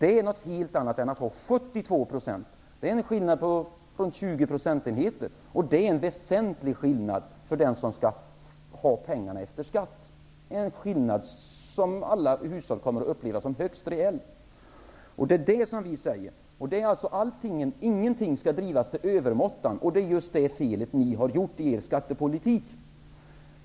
Det är något helt annat än 72 %. Det är en differens på bortemot 20 procentenheter, och det är en väsentlig skillnad för den som skall disponera pengarna efter skatt. En sådan skillnad kommer alla i hushållet att uppleva som högst reell. Det är det som vi säger. Ingenting skall drivas till övermått, men det är det felet som ni har gjort i er skattepolitik.